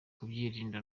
kubyirinda